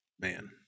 Man